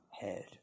head